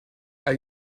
are